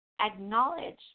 Acknowledge